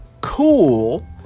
cool